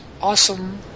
awesome